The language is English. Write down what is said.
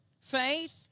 faith